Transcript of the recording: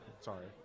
Sorry